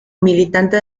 militante